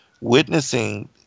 witnessing